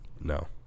No